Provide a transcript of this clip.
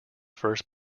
first